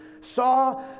saw